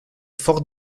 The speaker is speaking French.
fort